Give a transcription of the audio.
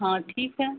हाँ ठीक है